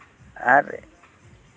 ᱟᱨ